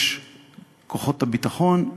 יש כוחות הביטחון,